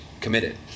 committed